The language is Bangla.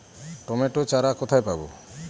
টমেটো চারা কোথায় পাবো?